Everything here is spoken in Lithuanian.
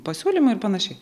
pasiūlymų ir panašiai